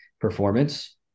performance